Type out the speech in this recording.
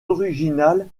originales